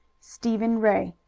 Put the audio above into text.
stephen ray.